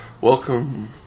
welcome